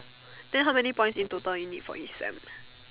then how many points you need for each sem